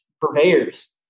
purveyors